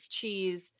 Cheese